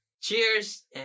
Cheers